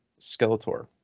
Skeletor